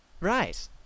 Right